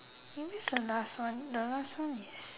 maybe it's the last one the last one is